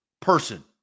person